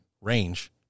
range